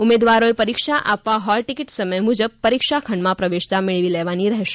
ઉમેદવારોએ પરીક્ષા આપવા હોલ ટિકિટ સમય મુજબ પરીક્ષા ખંડમાં પ્રવેશતા મેળવી લેવાની રહેશે